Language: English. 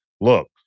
Look